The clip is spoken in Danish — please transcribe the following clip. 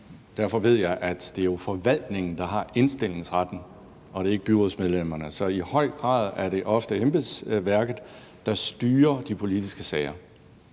derfor ved jeg, at det jo er forvaltningen, der har indstillingsretten, og ikke byrådsmedlemmerne. Så det er i høj grad ofte embedsværket, der styrer de politiske sager,